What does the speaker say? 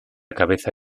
cabeza